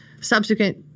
subsequent